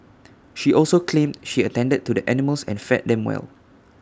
she also claimed she attended to the animals and fed them well